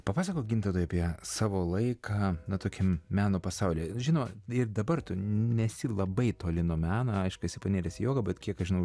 papasakok gintautai apie savo laiką na tokiam meno pasaulyje žino ir dabar tu nesi labai toli nuo meno aišku esi paniręs į jogą bet kiek aš žinau